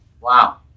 Wow